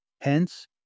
Hence